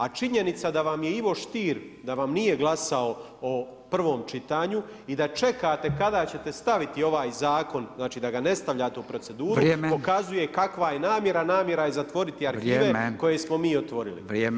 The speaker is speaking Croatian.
A činjenica da vam je Ivo Stier da vam nije glasao o prvom čitanju i da čekate kada ćete staviti ovaj zakon da ga ne stavljate u proceduru pokazuje kakva je namjera, a namjera je zatvoriti arhive koje smo mi otvorili.